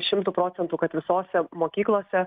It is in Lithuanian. šimtu procentų kad visose mokyklose